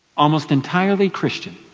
almost entirely christian